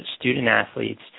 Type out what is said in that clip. student-athletes